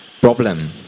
problem